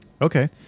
Okay